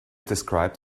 described